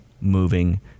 moving